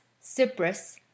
Cyprus